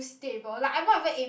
stable like I'm not even aim